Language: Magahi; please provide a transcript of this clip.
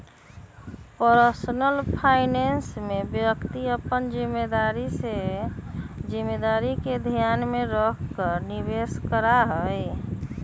पर्सनल फाइनेंस में व्यक्ति अपन जिम्मेदारी के ध्यान में रखकर निवेश करा हई